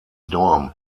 norm